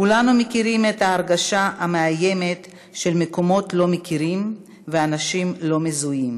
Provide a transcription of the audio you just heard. כולנו מכירים את ההרגשה המאיימת של מקומות לא מוכרים ואנשים לא מזוהים,